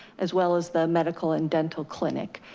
as well as the medical and dental clinic.